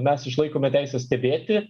mes išlaikome teisę stebėti